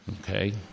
okay